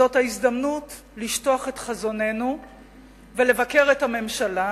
זו ההזדמנות לשטוח את חזוננו ולבקר את הממשלה,